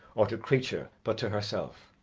or to creature but to herself.